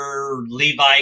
Levi